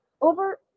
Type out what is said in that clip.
Over